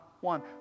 one